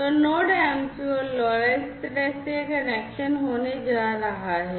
तो Node MCU और LoRa इस तरह से यह कनेक्शन होने जा रहा है